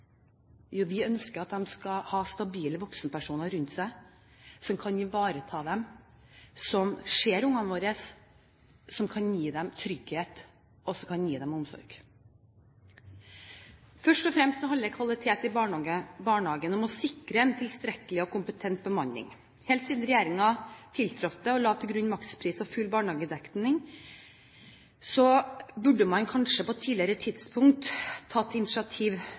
Jo, vi ønsker at de skal ha stabile voksenpersoner rundt seg som kan ivareta dem, som ser ungene våre, som kan gi dem trygghet og omsorg. Først og fremst handler kvalitet i barnehagen om å sikre en tilstrekkelig og kompetent bemanning. Da regjeringen tiltrådte, la den til grunn makspris og full barnehagedekning. Man burde kanskje på et tidligere tidspunkt tatt initiativ